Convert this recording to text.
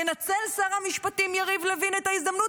ינצל שר המשפטים יריב לוין את ההזדמנות